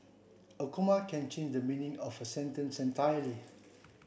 a comma can change the meaning of a sentence entirely